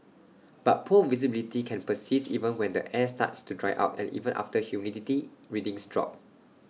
but poor visibility can persist even when the air starts to dry out and even after humidity readings drop